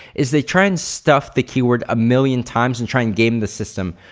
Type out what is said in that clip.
is they try and stuff the key word a million times and try and game the system.